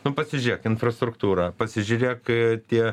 nu pasižiūrėk infrastruktūrą pasižiūrėk tie